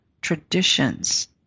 traditions